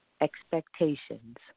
expectations